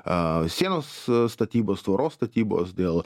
a sienos a statybos tvoros statybos dėl